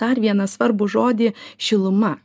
dar vieną svarbų žodį šiluma